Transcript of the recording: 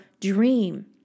dream